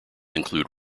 include